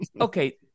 okay